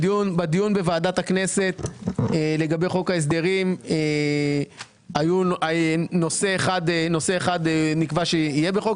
בדיון בוועדת הכנסת לגבי חוק ההסדרים נקבע נושא אחד שיהיה בחוק